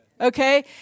Okay